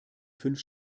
fünf